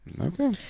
Okay